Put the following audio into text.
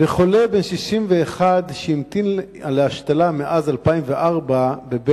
וחולה בן 61, שהמתין להשתלה מאז 2004 ב"בילינסון",